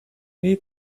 need